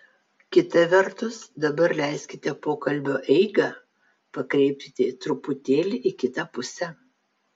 kita vertus dabar leiskite pokalbio eigą pakreipti truputėlį į kitą pusę